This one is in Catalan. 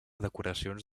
decoracions